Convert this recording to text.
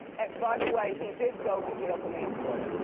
by the way, he did go to jail for manslaughter.